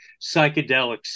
psychedelics